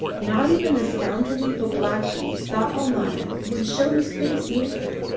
not even the scoundrelly babalatchi, thought almayer, would show his face near him,